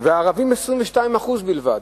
והערבים 22% בלבד.